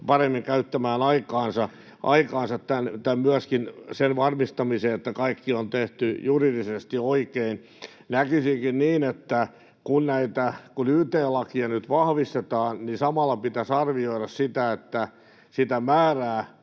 paremmin käyttämään aikaansa myöskin sen varmistamiseen, että kaikki on tehty juridisesti oikein. Näkisinkin niin, että kun yt-lakia nyt vahvistetaan, niin samalla pitäisi arvioida sitä määrää,